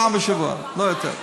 פעם בשבוע, לא יותר.